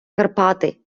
карпати